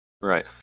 Right